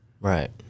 Right